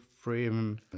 frame